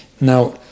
Now